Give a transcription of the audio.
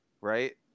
right